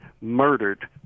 murdered